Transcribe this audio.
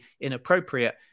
inappropriate